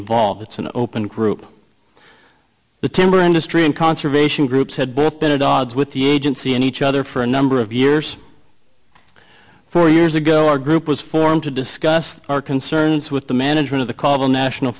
involved it's an open group the timber industry and conservation groups had both been a dog with the agency and each other for a number of years four years ago our group was formed to discuss our concerns with the management of the called the national